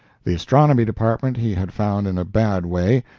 the astronomy department he had found in a bad way.